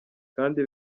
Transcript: kandi